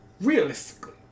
Realistically